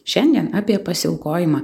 šiandien apie pasiaukojimą